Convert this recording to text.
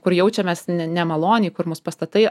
kur jaučiamės ne nemaloniai kur mus pastatai